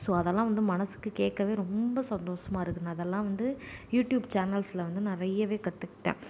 so அதல்லான் வந்து மனசுக்கு கேட்கவே ரொம்ப சந்தோசமாக இருக்கும் அதல்லான் வந்து யூட்யூப் சேனல்ஸ்ல வந்து நிறையவே கற்றுக்கிட்டன்